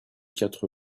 quatre